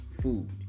food